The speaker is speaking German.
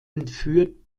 entführt